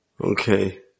Okay